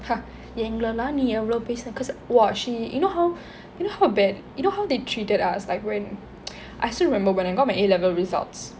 ha எங்கள எல்லாம் நீ எவ்ளோ பேசுனே:yengale ellam nee yevalo pesune cause !wah! she you know how you know how bad you know how they treated us like when I still remember when I got back my A level results